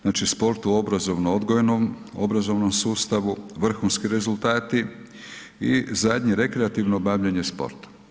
Znači sport u obrazovno odgojnom, obrazovnom sustavu, vrhunski rezultati i zadnje rekreativno bavljenje sportom.